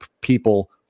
people